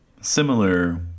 similar